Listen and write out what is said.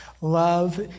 Love